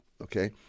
okay